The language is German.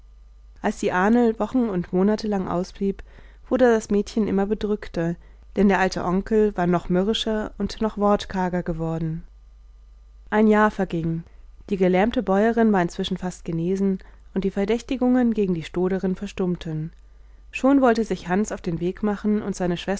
als die ahnl wochen und monatelang ausblieb wurde das mädchen immer bedrückter denn der alte onkel war noch mürrischer und noch wortkarger geworden ein jahr verging die gelähmte bäuerin war inzwischen fast genesen und die verdächtigungen gegen die stoderin verstummten schon wollte sich hans auf den weg machen und seine